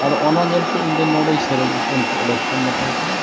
ᱟᱫᱚ ᱚᱱᱟ ᱧᱮᱞᱛᱮ ᱤᱧᱫᱚ ᱱᱚᱰᱮᱧ ᱥᱮᱨᱮᱧᱟ ᱩᱱᱠᱩ ᱚᱰᱚᱠ ᱠᱚᱢ ᱢᱮᱛᱟᱭ ᱠᱟᱹᱱᱟᱹᱧ